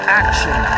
action